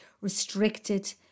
restricted